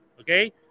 okay